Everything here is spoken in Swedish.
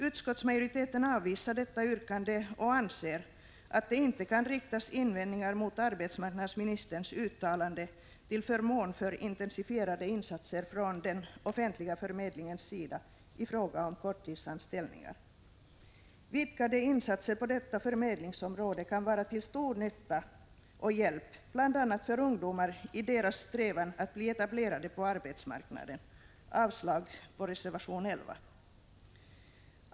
Utskottsmajoriteten avvisar detta yrkande och anser att det inte kan riktas invändningar mot arbetsmarknadsministerns uttalanden till förmån för intensifierade insatser från den offentliga förmedlingens sida i fråga om korttidsanställningarna. Vidgade insatser på detta förmedlingsområde kan vara till stor hjälp bl.a. för ungdomar i deras strävan att bli etablerade på arbetsmarknaden. Jag yrkar avslag på reservation 11.